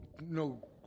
no